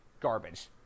garbage